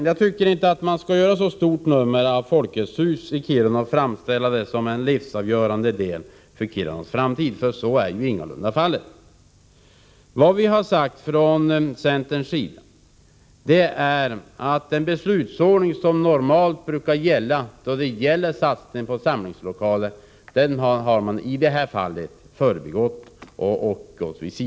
Jag tycker inte att man skall göra så stort nummer av Folkets hus och framställa det som något livsavgörande för Kirunas framtid — så är ingalunda fallet. Vad vi i centern har sagt är att man i det här fallet har gått vid sidan om den beslutsordning som normalt brukar gälla i fråga om satsningar på samlingslokaler.